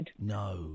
No